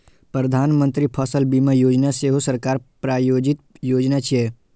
प्रधानमंत्री फसल बीमा योजना सेहो सरकार प्रायोजित योजना छियै